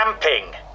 camping